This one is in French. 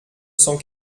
cent